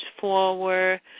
forward